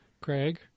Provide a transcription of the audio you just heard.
Craig